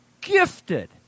Gifted